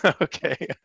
Okay